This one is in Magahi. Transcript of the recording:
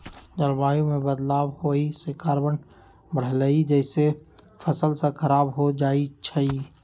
जलवायु में बदलाव होए से कार्बन बढ़लई जेसे फसल स खराब हो जाई छई